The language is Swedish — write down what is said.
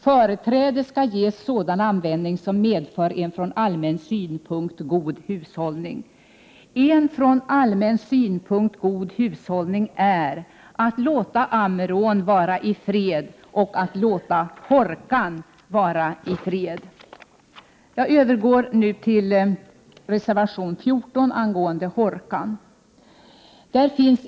Företräde skall ges sådan användning som medför en från allmän synpunkt god hushållning.” i En från allmän synpuhkt god hushållning är att låta Ammerån vara i fred och att låta Hårkan vara i fred. Jag övergår nu till reservation 14 angående Hårkan.